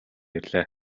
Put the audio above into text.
ирлээ